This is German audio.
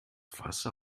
wasser